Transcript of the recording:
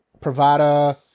Pravada